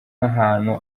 nk’ahantu